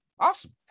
Awesome